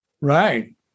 Right